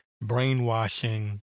brainwashing